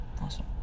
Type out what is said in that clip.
Awesome